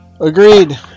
Agreed